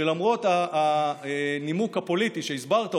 שלמרות הנימוק הפוליטי שהסברת,